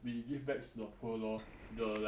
we give back to the poor lor the like